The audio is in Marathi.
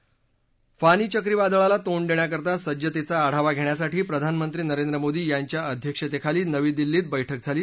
फानी चक्रीवादळाला तोंड देण्याकरता सज्जतेचा आढावा घेण्यासाठी प्रधानमंत्री नरेंद्र मोदी यांच्या अध्यक्षतेखाली नवी दिल्ली क्रि वैठक झाली